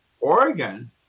Oregon